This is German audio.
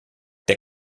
der